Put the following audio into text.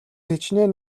хэчнээн